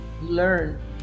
learn